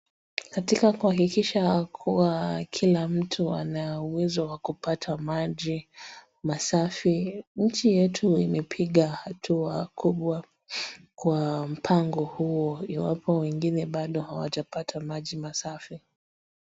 katika kuhakikisha kuwa kila mtu ana uwezo wa kupata maji masafi nchi yetu imepiga hatua kubwa kwa mpango huu iwapo wengine bado hawajapata maji mafasi.